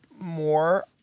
more